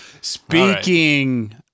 Speaking